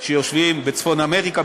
שיושבים בצפון אמריקה,